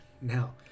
Now